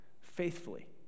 faithfully